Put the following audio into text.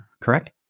Correct